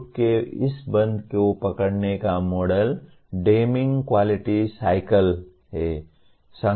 loop के इस बंद को पकड़ने का model Deming quality cycle Deming's Quality Cycle है